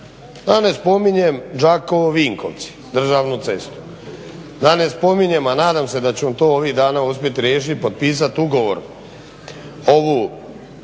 da ne spominjem Đakovo – Vinkovci državnu cestu, da ne spominjem a nadam se da ću vam to ovih dana uspjet riješit potpisat ugovor